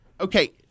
Okay